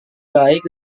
baik